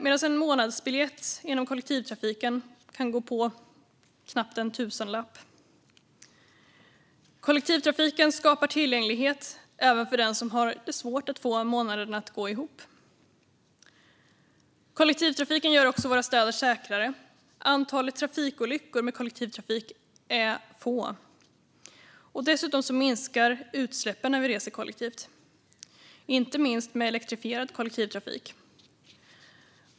En månadsbiljett inom kollektivtrafiken kan gå på knappt en tusenlapp och skapar tillgänglighet även för den som har svårt att få månaderna att gå ihop. Kollektivtrafiken gör också våra städer säkrare. Antalet trafikolyckor med kollektivtrafik är litet. Dessutom minskar utsläppen när vi reser kollektivt, inte minst med en mer elektrifierad kollektivtrafik.